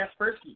Kaspersky